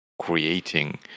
creating